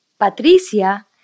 Patricia